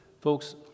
folks